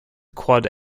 quad